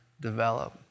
develop